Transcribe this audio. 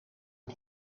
een